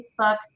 Facebook